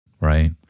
right